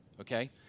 okay